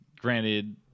Granted